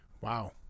Wow